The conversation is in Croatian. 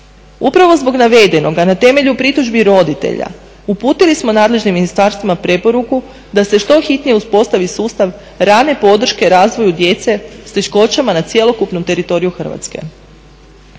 Upravo zbog navedenoga na temelju pritužbi roditelja uputili smo nadležnim ministarstvima preporuku da se što hitnije uspostavi sustav rane podrške razvoju djece s teškoćama na cjelokupnom teritoriju Hrvatske.